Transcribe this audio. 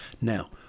now